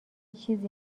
چیزی